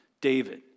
David